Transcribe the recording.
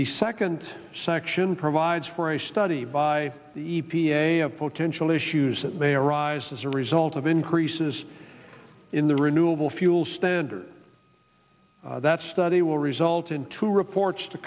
the second section provides for a study by the e p a of potential issues that may arise as a result of increases in the renewable fuel standard that study will result in two reports to